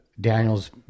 Daniel's